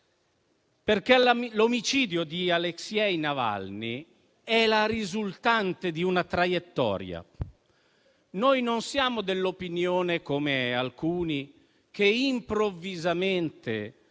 L'omicidio di Aleksej Navalny è la risultante di una traiettoria. Noi non siamo dell'opinione, come alcuni, che improvvisamente